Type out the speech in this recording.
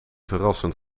verrassend